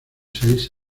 seis